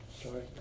Sorry